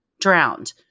drowned